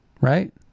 Right